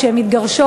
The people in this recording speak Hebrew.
כשהן מתגרשות,